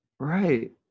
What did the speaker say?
Right